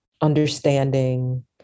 understanding